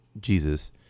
Jesus